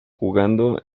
jugando